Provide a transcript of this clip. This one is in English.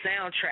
soundtrack